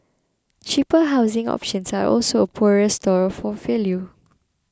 cheaper housing options are also a poorer store for value